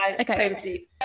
okay